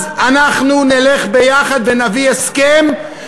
אז אנחנו נלך יחד ונביא הסכם,